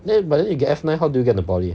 eh but then you get F nine how did you get into poly